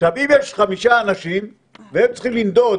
עכשיו, אם יש חמישה אנשים והם צריכים לנדוד